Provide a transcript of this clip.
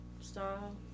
style